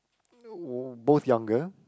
both younger